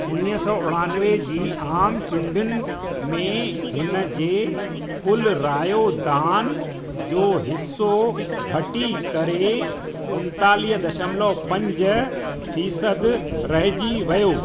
उणिवीह सौ उणानवे जी आम चूंडनि में हिन जे कुलु रायो दान जो हिसो घटी करे उणेतालीह दशमलव पंज फ़ीसदी रहिजी वियो